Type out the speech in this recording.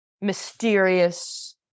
mysterious